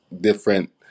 different